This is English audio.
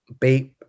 Bape